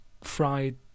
fried